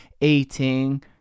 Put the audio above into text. eating